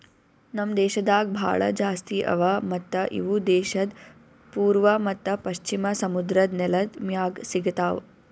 ನಮ್ ದೇಶದಾಗ್ ಭಾಳ ಜಾಸ್ತಿ ಅವಾ ಮತ್ತ ಇವು ದೇಶದ್ ಪೂರ್ವ ಮತ್ತ ಪಶ್ಚಿಮ ಸಮುದ್ರದ್ ನೆಲದ್ ಮ್ಯಾಗ್ ಸಿಗತಾವ್